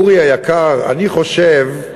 אורי היקר, אני חושב,